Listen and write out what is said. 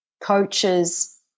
coaches